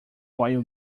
while